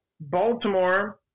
Baltimore